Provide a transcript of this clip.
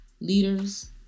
leaders